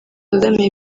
kagame